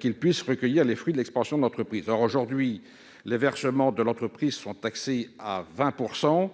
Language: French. qu'ils puissent recueillir les fruits de l'expansion de l'entreprise. Or, aujourd'hui, les versements de l'entreprise sont taxés à 20